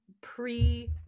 pre-